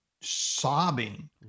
sobbing